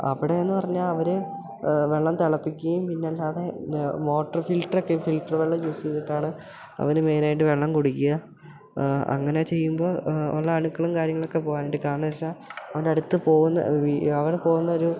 അവിടേന്ന് പറഞ്ഞാൽ അവർ വെള്ളം തെളപ്പിക്കേം പിന്നല്ലാതെ മോട്ടറ് ഫിൽട്ടറെക്കെ ഫിൽറ്ററ് വെള്ളം യൂസ് ചെയ്തിട്ടാണ് അവർ മെയ്നായിട്ട് വെള്ളം കുടിക്കുക അങ്ങനെ ചെയ്യുമ്പോൾ ഉള്ള അണുക്കളും കാര്യങ്ങൾ ഒക്കെ പോവാനുണ്ട് കാരണം വെച്ചാൽ ഒന്ന് അടുത്ത് പോകുന്ന അവിടെ പോകുന്ന ഒരു